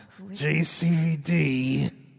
JCVD